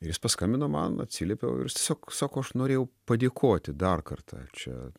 ir jis paskambino man atsiliepiau ir tiesiog sako aš norėjau padėkoti dar kartą čia